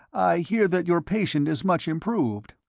i hear that your patient is much improved?